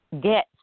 get